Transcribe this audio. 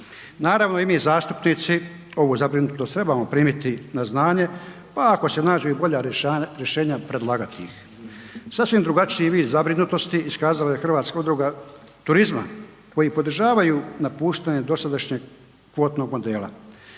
Naravno, i mi zastupnici ovu zabrinutost trebamo primiti na znanje, pa ako se nađu i bolja rješenja predlagati ih. Sasvim drugačiji vid zabrinutosti iskazala je Hrvatska udruga turizma koji podržavaju napuštanje dosadašnjeg kvotnog modela.